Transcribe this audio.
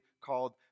called